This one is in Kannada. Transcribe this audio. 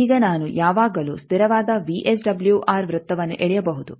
ಈಗ ನಾನು ಯಾವಾಗಲೂ ಸ್ಥಿರವಾದ ವಿಎಸ್ಡಬ್ಲ್ಯೂಆರ್ ವೃತ್ತವನ್ನು ಎಳೆಯಬಹುದು